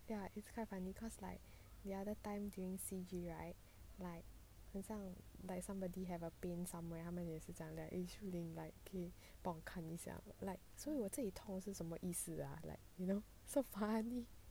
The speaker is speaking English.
ya it's quite funny cause like the other time during C_G right 很像 like somebody have a pain somewhere 他们也是讲 like 可以帮我看一下 like so 我这里痛是什么意思 ah like you know so funny